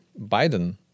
Biden